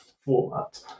format